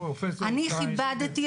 אני כיבדתי אתכם,